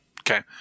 Okay